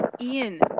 Ian